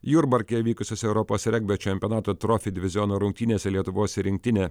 jurbarke vykusiose europos regbio čempionato trofi diviziono rungtynėse lietuvos rinktinė